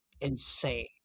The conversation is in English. insane